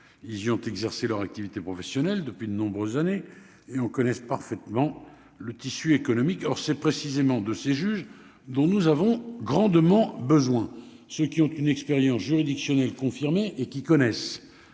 ils ont exercé leur activité professionnelle depuis de nombreuses années et on connaissent parfaitement le tissu économique, or c'est précisément de ces juges dont nous avons grandement besoin ceux qui ont une expérience juridictionnel confirmé et qui connaissent